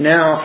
Now